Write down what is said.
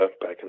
back